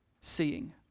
seeing